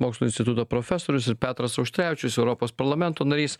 mokslų instituto profesorius ir petras auštrevičius europos parlamento narys